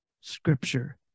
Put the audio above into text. Scripture